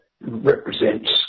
represents